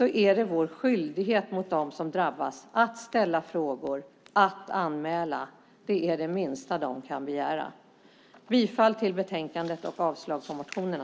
är det vår skyldighet mot dem som drabbas att ställa frågor och att anmäla. Det är det minsta de kan begära. Jag yrkar bifall till förslaget i betänkandet och avslag på motionerna.